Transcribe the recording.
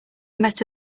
met